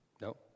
No